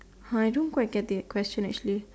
[huh] I don't quite get the question actually